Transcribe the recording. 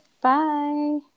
Bye